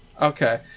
Okay